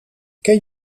ken